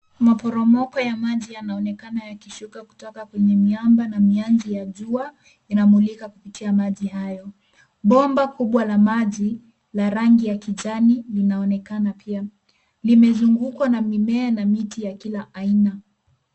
Maporomoko ya maji yanaonekana ya kushuka kutoka kwenye miamba na mianzi ya jua yanamulika kupitia maji hayo. Bomba kubwa la maji la rangi ya kijani linaonekana pia, limezungukwa na mimea na miti ya kila aina.